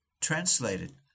translated